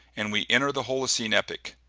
and we enter the holocene epoch.